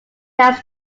like